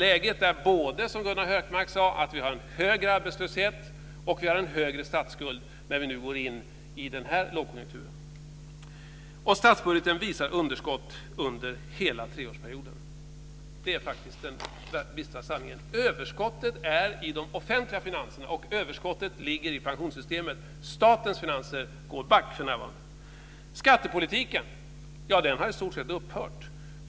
Läget är alltså både att vi har en högre arbetslöshet, som Gunnar Hökmark sade, och en högre statsskuld när vi nu går in i den här lågkonjunkturen. Statsbudgeten visar underskott under hela treårsperioden. Det är faktiskt den bistra sanningen. Överskottet finns i de offentliga finanserna, och det ligger i pensionssystemet. Statens finanser går back för närvarande. Skattepolitiken har i stort sett upphört.